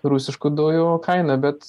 rusiškų dujų kainą bet